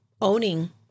owning